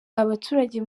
abaturage